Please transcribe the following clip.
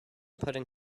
putting